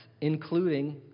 including